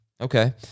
Okay